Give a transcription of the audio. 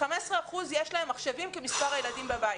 15% יש להם מחשבים כמספר הילדים בבית.